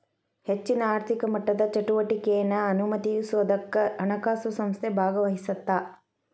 ಹೆಚ್ಚಿನ ಆರ್ಥಿಕ ಮಟ್ಟದ ಚಟುವಟಿಕೆನಾ ಅನುಮತಿಸೋದಕ್ಕ ಹಣಕಾಸು ಸಂಸ್ಥೆ ಭಾಗವಹಿಸತ್ತ